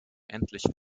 endlich